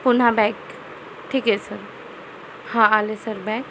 पुन्हा बॅक ठीक आहे सर हां आले सर बॅक